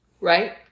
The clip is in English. Right